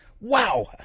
Wow